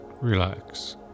Relax